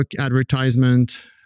advertisement